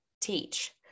teach